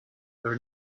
there